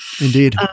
Indeed